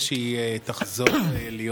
זה נוסח הצהרת האמונים: "אני מתחייב לשמור